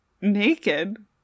naked